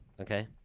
okay